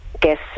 Guess